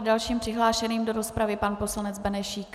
Dalším přihlášeným do rozpravy je pan poslanec Benešík.